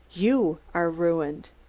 you are ruined!